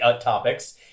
topics